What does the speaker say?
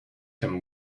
him